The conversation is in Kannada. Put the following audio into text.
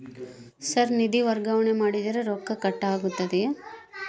ಸರ್ ನಿಧಿ ವರ್ಗಾವಣೆ ಮಾಡಿದರೆ ರೊಕ್ಕ ಕಟ್ ಆಗುತ್ತದೆಯೆ?